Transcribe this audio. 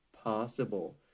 possible